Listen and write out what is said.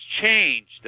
changed